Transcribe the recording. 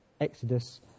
exodus